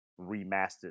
remastered